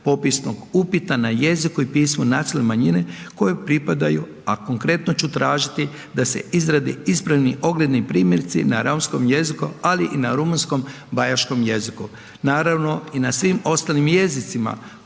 popisnog upita na jeziku i pismu nacionalne manjine kojoj pripadaju, a konkretno ću tražiti da se izradi ispravni ogledni primjerci na romskom jeziku, ali i na rumunjskom bajaškom jeziku, naravno i na svim ostalim jezicima